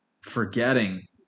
forgetting